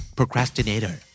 Procrastinator